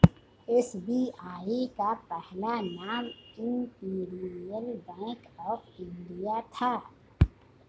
SBI का पहला नाम इम्पीरीअल बैंक ऑफ इंडिया था